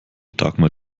dagmar